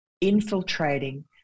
infiltrating